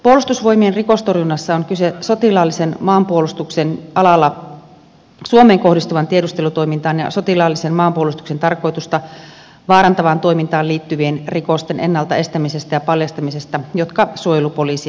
puolustusvoimien rikostorjunnassa on kyse sotilaallisen maanpuolustuksen alalla suomeen kohdistuvaan tiedustelutoimintaan ja sotilaallisen maanpuolustuksen tarkoitusta vaarantavaan toimintaan liittyvien rikosten ennalta estämisestä ja paljastamisesta jotka suojelupoliisi hoitaa